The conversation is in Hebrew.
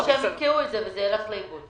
או שהם יתקעו את זה וזה ילך לאיבוד.